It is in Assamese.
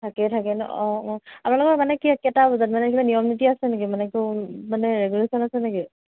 থাকে থাকে ন অঁ অঁ আপোনালোকক মানে কে কেইটা বজাত মানে কিবা নিয়ম নীতি আছে নেকি মানে মানে ৰেগুলেচন আছে নেকি